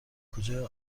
کجای